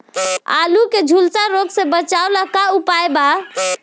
आलू के झुलसा रोग से बचाव ला का उपाय बा?